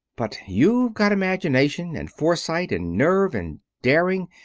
but you've got imagination, and foresight, and nerve, and daring,